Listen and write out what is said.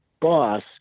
boss